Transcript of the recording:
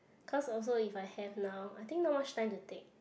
cause also if I have now I think not much time to take